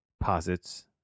posits